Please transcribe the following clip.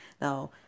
Now